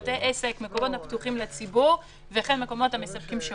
בבתי כנסת היום --- אולי הן כן מספיקות.